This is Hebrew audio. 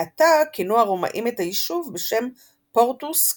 מעתה, כינו הרומאים את היישוב בשם "פורטוס-קאלה".